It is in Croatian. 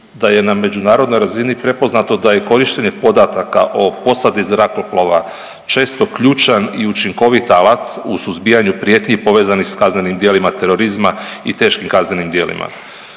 da je na međunarodnoj razini prepoznato da i korištenje podataka o posadi zrakoplova često ključan i učinkovit alat u suzbijanju prijetnji povezanih s kaznenim djelima terorizma i teškim kaznenim djelima.